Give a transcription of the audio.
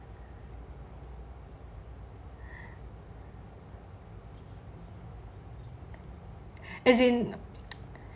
as in